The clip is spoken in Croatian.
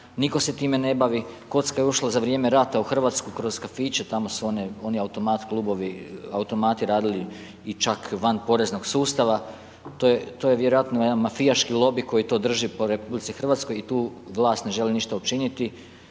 nitko se time ne bavi, kocka je ušla za vrijeme rata u Hrvatsku kroz kafiće, tamo su oni automat klubovi, automati radili i čak van poreznog sustava, to je vjerojatno jedan mafijaški lobij koji to drži po RH i tu vlast ne želi ništa učiniti